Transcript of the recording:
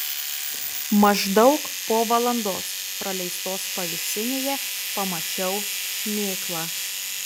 maždaug po valandos praleistos pavėsinėje pamačiau šmėklą